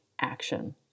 action